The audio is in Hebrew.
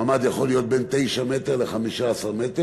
ממ"ד יכול להיות בין 9 מ"ר ל-15 מ"ר